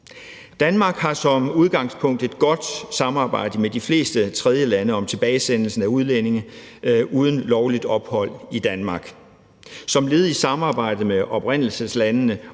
Danmark har som udgangspunkt et godt samarbejde med de fleste tredjelande om tilbagesendelsen af udlændinge uden lovligt ophold i Danmark. Som led i samarbejdet med oprindelseslandene